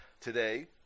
Today